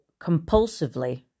compulsively